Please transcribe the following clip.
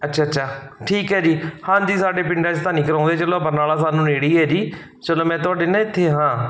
ਅੱਛਾ ਅੱਛਾ ਠੀਕ ਹੈ ਜੀ ਹਾਂਜੀ ਸਾਡੇ ਪਿੰਡਾਂ 'ਚ ਤਾਂ ਨਹੀਂ ਕਰਾਉਂਦੇ ਚਲੋ ਬਰਨਾਲਾ ਸਾਨੂੰ ਨੇੜੇ ਹੀ ਹੈ ਜੀ ਚਲੋ ਮੈਂ ਤੁਹਾਡੇ ਨਾ ਇੱਥੇ ਹਾਂ